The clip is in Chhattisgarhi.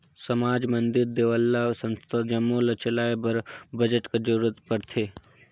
समाज, मंदिर, देवल्ला, संस्था जम्मो ल चलाए बर बजट कर जरूरत परथे